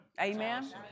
Amen